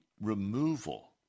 removal